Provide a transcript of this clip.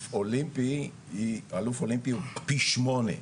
אולימפי היא אלוף אולימפי הוא פי שמונה.